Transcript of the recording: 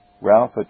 Ralph